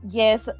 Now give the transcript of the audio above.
yes